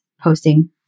posting